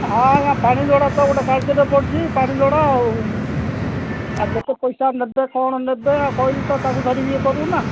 ହଁ ଆଜ୍ଞା ପାଣି ଲୋଡ଼ା ତ ଗୋଟେ କାର୍ଯ୍ୟରେ ପଡ଼ୁଛି ପାଣି ଲୋଡ଼ା ଆଉ ଆଉ କେତେ ପଇସା ନେବେ କ'ଣ ନେବେ ଆଉ କହିଲି ତ ତାକୁ ଧରିକି ଇଏ କରିବୁନା